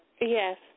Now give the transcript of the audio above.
Yes